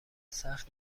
سخت